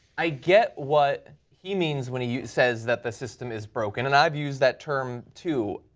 i get what he means when he says that the system is broken, and i've used that term too.